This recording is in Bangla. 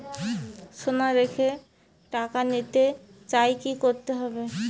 সোনা রেখে টাকা নিতে চাই কি করতে হবে?